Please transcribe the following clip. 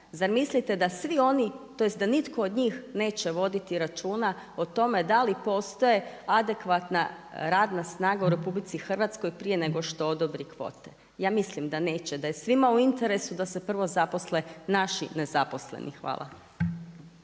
zamislite da svi oni, tj. da nitko od njih neće voditi računa o tome da li postoje adekvatna radna snaga u RH, prije nego što odobri kvote. Ja mislim da neće, da je svima u interesu da se prvo zaposle naši nezaposleni. Hvala.